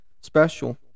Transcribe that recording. special